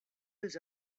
was